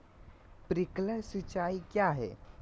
Sprinkler सिंचाई क्या है?